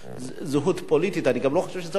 זהות פוליטית, אני גם לא חושב שזה עולה כסף,